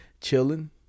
chilling